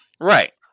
Right